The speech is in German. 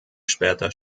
später